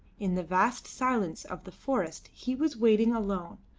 in the vast silence of the forest he was waiting alone,